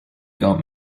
got